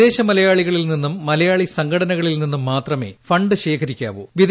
വിദേശമലയാളികളിൽ നിന്നുറ്റ് മീലയാളി സംഘടനകളിൽ നിന്നും മാത്രമേ ഫണ്ട് ശേഖരിക്ക്ാവു്